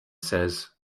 says